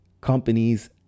companies